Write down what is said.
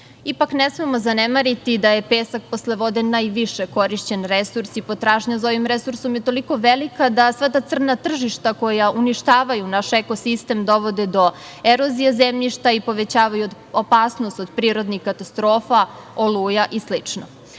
Ipak, ne smemo zanemariti, da je pesak posle vode najviše korišćen resurs i potražnja za ovim resursom toliko velika da sva ta crna tržišta koja uništavaju naše ekosistem dovode do erozije zemljišta i povećavaju opasnost od prirodnih katastrofa, oluja i